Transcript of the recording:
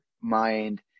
mind